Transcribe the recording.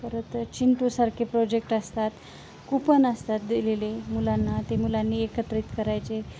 परत चिंटूसारखे प्रोजेक्ट असतात कूपन असतात दिलेले मुलांना ते मुलांनी एकत्रित करायचे